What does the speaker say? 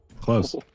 Close